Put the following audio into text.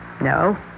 No